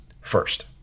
first